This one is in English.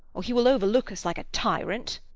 or he will over-look us like a tyrant.